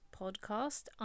podcast